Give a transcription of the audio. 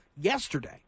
yesterday